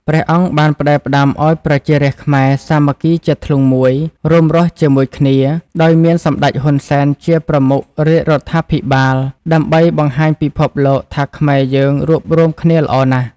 ព្រះអង្គបានផ្ដែផ្ដាំឱ្យប្រជារាស្ត្រខ្មែរសាមគ្គីជាធ្លុងមួយ រួមរស់ជាមួយគ្នា ដោយមានសម្ដេច ហ៊ុន សែន ជាប្រមុខរាជរដ្ឋាភិបាល ដើម្បីបង្ហាញពិភពលោកថាខ្មែរយើងរួបរួមគ្នាល្អណាស់។